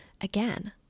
Again